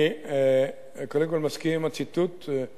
אני קודם כול מסכים עם הציטוט שהבאת.